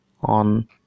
on